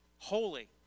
Holy